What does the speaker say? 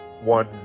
one